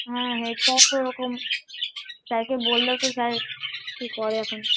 হ্যাঁ head sir তো ওরকম স্যারকে বললেও তো স্যার কী করে এখন